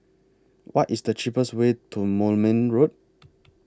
What IS The cheapest Way to Moulmein Road